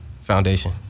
Foundation